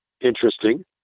interesting